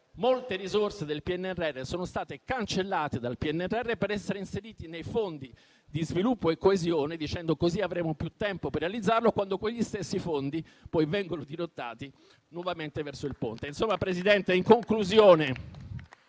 molte risorse del PNRR sono state cancellate dal PNRR per essere inserite nei fondi di sviluppo e coesione, sostenendo che così avremo più tempo per realizzarlo, quando quegli stessi fondi, poi, vengono dirottati nuovamente verso il ponte.